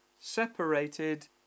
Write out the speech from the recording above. separated